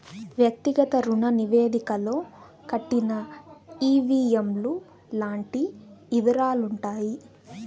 వ్యక్తిగత రుణ నివేదికలో కట్టిన ఈ.వీ.ఎం లు లాంటి యివరాలుంటాయి